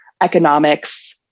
economics